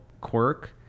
quirk